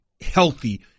healthy